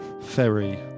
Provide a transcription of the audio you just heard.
Ferry